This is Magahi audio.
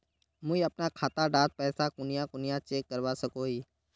मुई अपना खाता डात पैसा कुनियाँ कुनियाँ चेक करवा सकोहो ही?